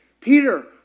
Peter